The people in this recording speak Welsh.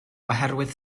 oherwydd